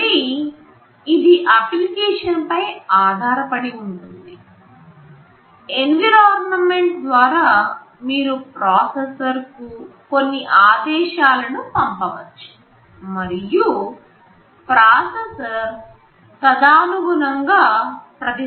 మళ్లీ ఇది అప్లికేషన్పై ఆధారపడి ఉంటుంది ఎన్విరాన్మెంట్ ద్వారా మీరు ప్రాసెసర్కు కొన్ని ఆదేశాలను పంపవచ్చు మరియు ప్రాసెసర్ తదనుగుణంగా ప్రతిస్పందిస్తుంది